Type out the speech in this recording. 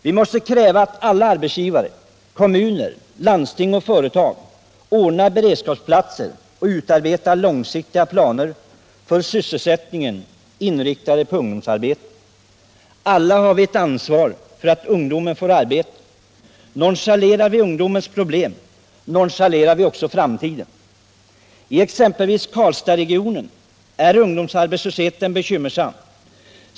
Vi måste bl.a. kräva att alla arbetsgivare — kommuner, landsting och företag — ordnar beredskapsplatser och utarbetar långsiktiga planer för sysselsättningen, inriktade på ungdomsarbete. Vi har alla ett ansvar för att ungdomen får arbete. Nonchalerar vi ungdomens problem nonchalerar vi framtiden. I exempelvis Karlstadsregionen är ungdomsarbetslösheten bekymmersam.